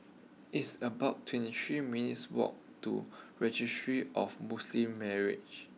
it's about twenty three minutes' walk to Registry of Muslim Marriages